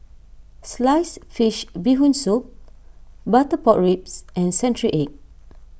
Sliced Fish Bee Hoon Soup Butter Pork Ribs and Century Egg